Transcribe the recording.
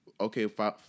okay